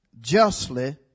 justly